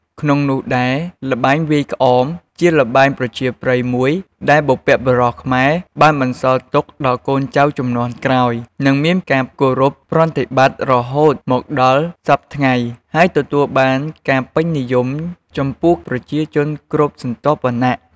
ក្នុងនោះដែរ ល្បែងវាយក្អមជាល្បែងប្រជាប្រិយមួយ ដែលបុរព្វបុរសខ្មែរបានបន្សល់ទុកដល់កូនចៅជំនាន់ក្រោយ និងមានការគោរពប្រតិបត្តិរហូតមកដល់សព្វថ្ងៃ ហើយទទួលបានការពេញនិយមចំពោះប្រជាជនគ្រប់ស្រទាប់វណ្ណៈ។